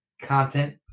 Content